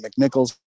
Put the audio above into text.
McNichols